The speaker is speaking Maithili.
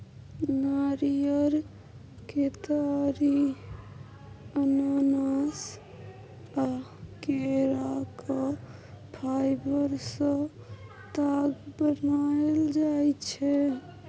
नारियर, केतारी, अनानास आ केराक फाइबर सँ ताग बनाएल जाइ छै